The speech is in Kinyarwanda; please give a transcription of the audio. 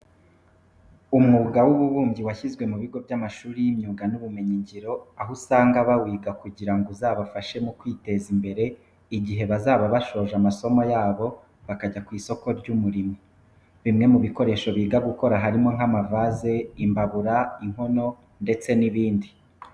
Umwuga w'ububumbyi washyizwe mu bigo by'amashuri y'imyuga n'ubumenyingiro, aho usanga bawiga kugira ngo uzabafashe mu kwiteza imbere igihe bazaba basoje amasomo yabo bakajya ku isoko ry'umurimo. Bimwe mu bikoresho biga gukora harimo nk'amavaze, imbabura, inkono ndetse n'ibindi.